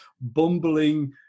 bumbling